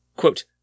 Quote